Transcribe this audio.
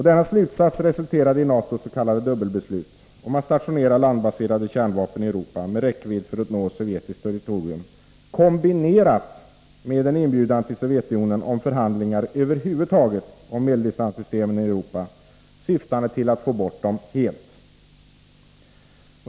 Denna slutsats resulterade i NATO:s s.k. dubbelbeslut om att stationera landbaserade kärnvapen i Europa med räckvidd för att nå sovjetiskt territorium, kombinerat med en inbjudan till Sovjetunionen om förhandlingar över huvud taget om medeldistanssystemen i Europa, syftande till att få bort dem helt.